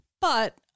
But-